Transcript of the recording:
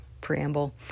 preamble